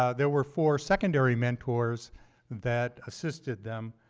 ah there were four secondary mentors that assisted them.